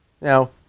Now